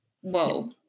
Whoa